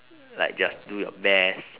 like just do your best